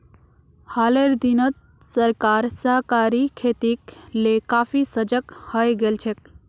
हालेर दिनत सरकार सहकारी खेतीक ले काफी सजग हइ गेल छेक